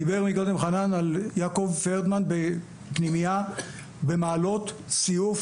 דיבר חנן על יעקב פרדמן בפנימייה במעלות סיוף,